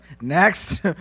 Next